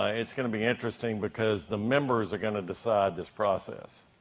it's gonna be interesting, because the members are going to decide this process.